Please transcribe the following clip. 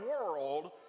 world